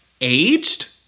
aged